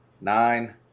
nine